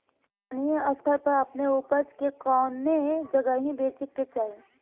स्थानीय स्तर पर अपने ऊपज के कवने जगही बेचे के चाही?